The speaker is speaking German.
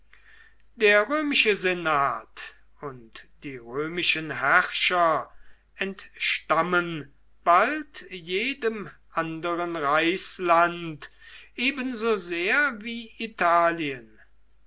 der römische senat und die römischen herrscher entstammen bald jedem anderen reichsland ebensosehr wie italien